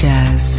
Jazz